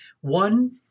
One